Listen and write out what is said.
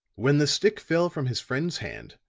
when the stick fell from his friend's hand,